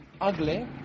Ugly